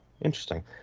Interesting